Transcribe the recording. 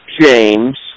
James